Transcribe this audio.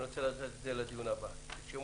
אני רוצה לדעת לדיון הבא את כל מה שביקשתי.